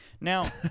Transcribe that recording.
Now